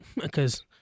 because-